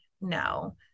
No